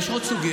לפעמים גם,